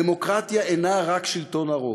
דמוקרטיה אינה רק שלטון הרוב.